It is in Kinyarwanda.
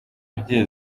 bye